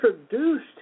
introduced